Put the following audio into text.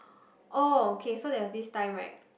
oh okay so there was this time right